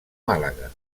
màlaga